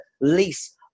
lease